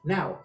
Now